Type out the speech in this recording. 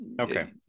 Okay